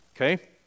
Okay